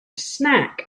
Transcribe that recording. snack